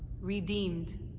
redeemed